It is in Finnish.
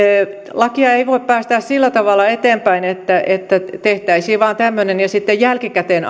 lakia ei voi päästää sillä tavalla eteenpäin että että tehtäisiin vain tämmöinen ja sitten jälkikäteen